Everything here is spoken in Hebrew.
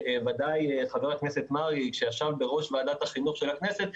ודאי ח"כ מרגי שישב בראש ועדת החינוך של הכנסת,